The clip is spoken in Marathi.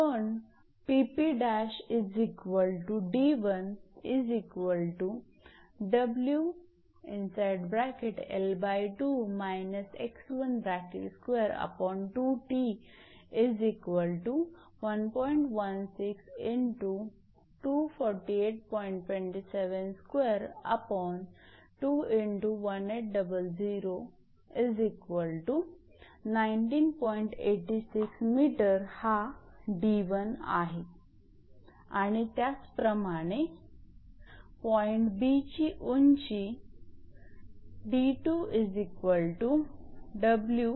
पण हा 𝑑1 आहे आणि त्याच प्रमाणे पॉईंट 𝐵 ची उंची ही आहे